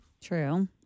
True